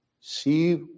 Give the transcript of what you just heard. See